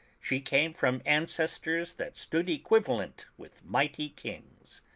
she came from ancestors that stood equivalent with mighty kings.